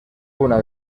una